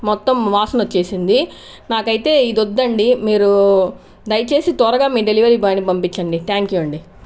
మొత్తం వాసన వచ్చేసింది నాకు అయితే ఇది వద్దండి మీరు దయచేసి త్వరగా మీ డెలివరీ బాయ్ని పంపించండి థ్యాంక్ యూ అండి